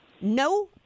no